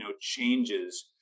changes